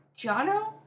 Jono